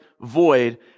void